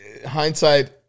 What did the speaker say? Hindsight